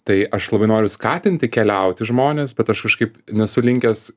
tai aš labai noriu skatinti keliauti žmones bet aš kažkaip nesu linkęs